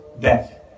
death